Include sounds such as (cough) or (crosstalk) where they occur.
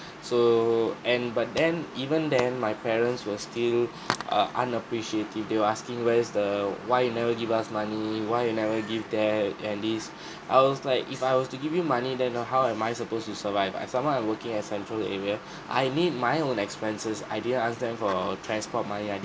so and but then even then my parents were still (breath) uh unappreciative they were asking where's the why you never give us money why you never give their at least (breath) I was like if I was to give you money then how am I supposed to survive I somehow am working at central area (breath) I need my own expenses I didn't ask them for transport money I didn't